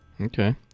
Okay